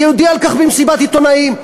היא הודיעה על כך במסיבת עיתונאים,